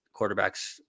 quarterbacks